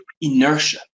inertia